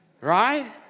right